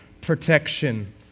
protection